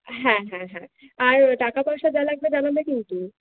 হ্যাঁ হ্যাঁ হ্যাঁ আর টাকা পয়সা যা লাগবে জানাবে কিন্তু